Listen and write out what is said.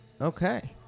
Okay